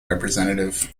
representative